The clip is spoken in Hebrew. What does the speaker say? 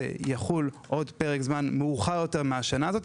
אלא בפרק זמן מאוחר יותר מהשנה הזו,